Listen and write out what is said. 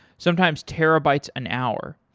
sometimes terabytes an hour.